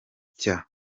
cya